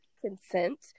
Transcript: consent